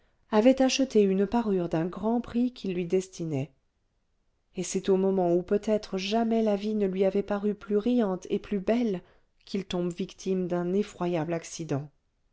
avait acheté une parure d'un grand prix qu'il lui destinait et c'est au moment où peut-être jamais la vie ne lui avait paru plus riante et plus belle qu'il tombe victime d'un effroyable accident